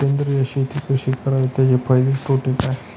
सेंद्रिय शेती कशी करावी? तिचे फायदे तोटे काय?